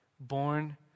Born